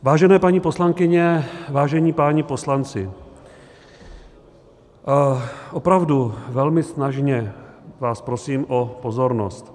Vážené paní poslankyně, vážení páni poslanci, opravdu velmi snažně vás prosím o pozornost.